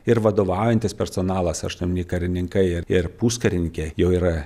ir vadovaujantis personalas aštuoni karininkai ir ir puskarininkiai jau yra